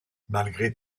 malgré